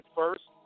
first